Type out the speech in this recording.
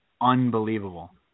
Unbelievable